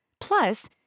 Plus